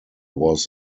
was